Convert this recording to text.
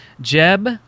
Jeb